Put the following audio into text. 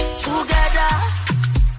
together